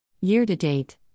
Year-to-date